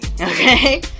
okay